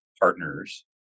partners